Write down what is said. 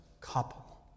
couple